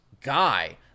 guy